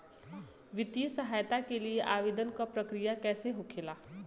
वित्तीय सहायता के लिए आवेदन क प्रक्रिया कैसे होखेला?